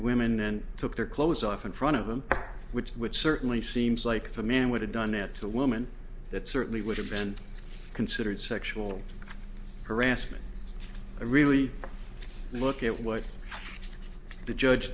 women then took their clothes off in front of them which would certainly seems like the man would have done it the woman that certainly would have been considered sexual harassment really look at what the judge